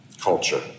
culture